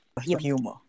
Humor